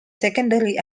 secondary